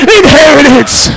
inheritance